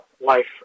life